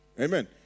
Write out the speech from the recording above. Amen